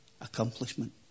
accomplishment